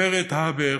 ורד הבר,